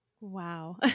Wow